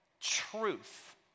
truth